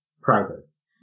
prizes